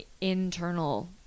internal